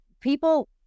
people